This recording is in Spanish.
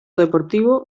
deportivo